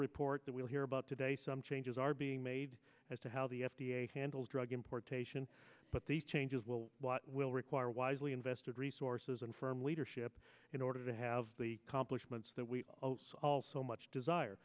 report that we'll hear about today some changes are being made as to how the f d a handles drug importation but the changes will what will require wisely invested resources and firm leadership in order to have the complements that we all so much desire